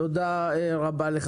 תודה רבה לך.